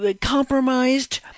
compromised